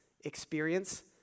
experience